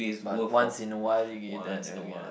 but once in awhile you eat that